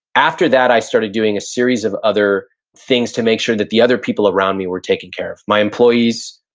after that, i started doing a series of other things to make sure that the other people around me were taken care of. my employees,